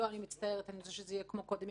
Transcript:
לא, אני מצטערת, אני רוצה שזה יהיה כמו קודם.